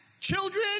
Children